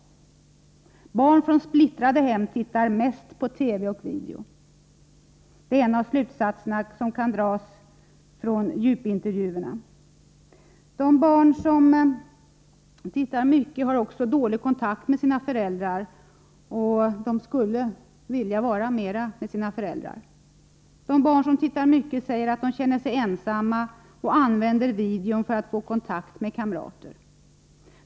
Barn från splittrade hem tittar mest på TV och video. Det är en av de slutsatser som kan dras från djupintervjuerna. De barn som tittar mycket på TV och video har också dålig kontakt med sina föräldrar, men skulle vilja vara mer tillsammans med dem. De barn som tittar mycket på TV säger att de känner sig ensamma och använder videon för att få kontakt med kamrater.